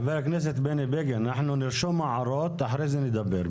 חבר הכנסת בני בגין נרשום הערות ואחר-כך נדבר.